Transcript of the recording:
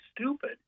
stupid